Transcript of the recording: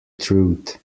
truth